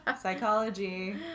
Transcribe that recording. Psychology